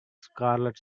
scarlet